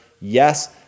Yes